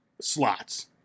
slots